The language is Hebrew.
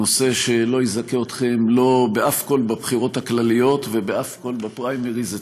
נושא שלא יזכה אתכם באף קול בבחירות הכלליות ובאף קול בפריימריז אצלך,